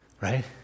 right